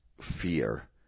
fear